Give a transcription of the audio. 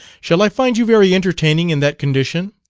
shall i find you very entertaining in that condition?